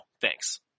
Thanks